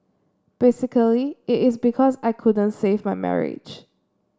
basically it is because I couldn't save my marriage